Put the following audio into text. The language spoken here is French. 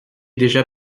déjà